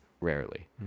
rarely